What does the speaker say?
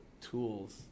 tools